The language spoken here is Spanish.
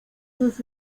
sus